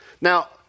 Now